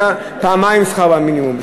אלא פעמיים שכר המינימום,